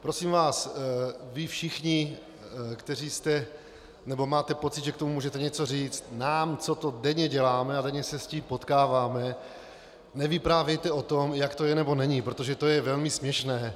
Prosím vás, vy všichni, kteří máte pocit, že k tomu můžete něco říct, nám, co to denně děláme a denně se s tím potkáváme, nevyprávějte o tom, jak to je, nebo není, protože to je velmi směšné.